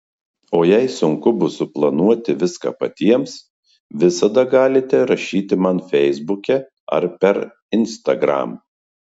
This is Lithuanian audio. o jei sunku bus suplanuoti viską patiems visada galite rašyti man feisbuke ar per instagram